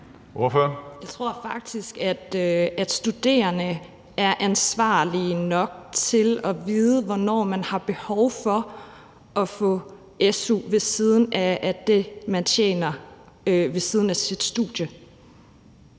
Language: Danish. Jeg tror faktisk, at studerende er ansvarlige nok til at vide, hvornår de har behov for at få su ved siden af det, de tjener ved siden af deres studie.